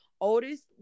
oldest